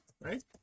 right